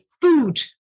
food